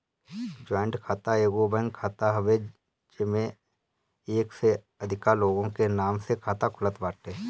joint खाता एगो bank खाता हवे जेमे एक से अधिका लोग के नाम से खाता खुलत बाटे